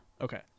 Okay